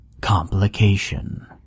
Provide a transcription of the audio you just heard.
complication